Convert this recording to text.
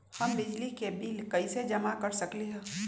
हम बिजली के बिल कईसे जमा कर सकली ह?